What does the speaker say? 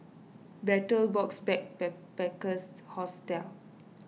Betel Box Backpackers Hostel